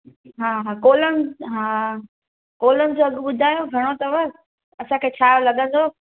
हा हा कोलम हा कोलम जो अघु ॿुधायो घणो अथव असांखे छा लॻंदो